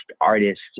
artists